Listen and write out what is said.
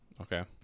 Okay